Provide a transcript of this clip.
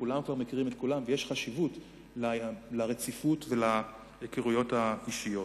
כולם כבר מכירים את כולם ויש חשיבות לרציפות ולהיכרויות האישיות.